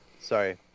Sorry